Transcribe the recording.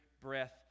breath